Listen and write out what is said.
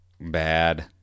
bad